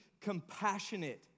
compassionate